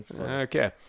okay